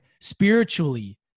spiritually